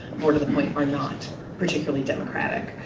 more to the point, are not particularly democratic.